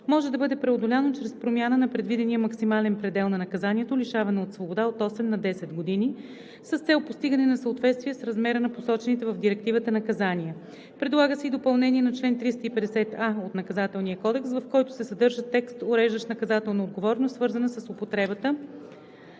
може да бъде преодоляно чрез промяна на предвидения максимален предел на наказанието лишаване от свобода от осем на десет години с цел постигане на съответствие с размера на посочените в Директивата наказания. Предлага се и допълнение на чл. 350а от Наказателния кодекс, в който се съдържа текст, уреждащ наказателна отговорност, свързана с употребата